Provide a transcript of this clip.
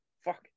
fuck